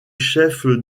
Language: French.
chef